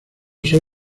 son